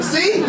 See